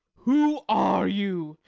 who are you,